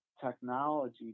technology